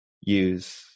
use